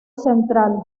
central